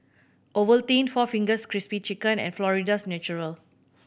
Ovaltine four Fingers Crispy Chicken and Florida's Natural